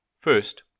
First